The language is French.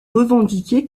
revendiquée